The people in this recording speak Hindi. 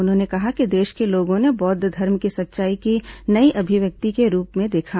उन्होंने कहा कि देश के लोगों ने बौद्ध धर्म को सच्चाई की नई अभिव्यक्ति के रूप में देखा